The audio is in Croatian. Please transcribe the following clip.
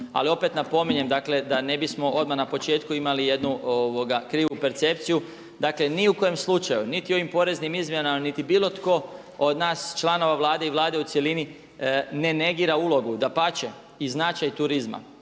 ali opet napominjem, dakle da ne bismo odmah na početku imali jednu krivu percepciju. Dakle, ni u kojem slučaju, niti ovim poreznim izmjenama niti bilo tko od nas članova Vlade i Vlade u cjelini ne negira ulogu, dapače i značaj turizma.